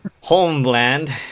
homeland